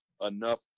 enough